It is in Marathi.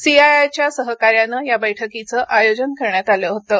सीआयआयच्या सहकार्याने या बैठकीचं आयोजन करण्यात आलं होतं